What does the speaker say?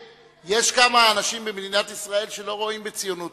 יש כמה אנשים במדינת ישראל שלא רואים בציונות